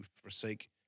forsake